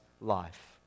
life